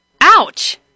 ouch